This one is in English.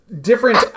different